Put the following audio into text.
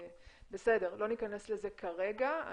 בסדר, לא ניכנס לזה כרגע,